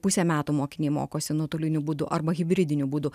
pusę metų mokiniai mokosi nuotoliniu būdu arba hibridiniu būdu